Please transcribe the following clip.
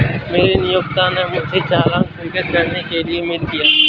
मेरे नियोक्ता ने मुझे चालान स्वीकृत करने के लिए मेल किया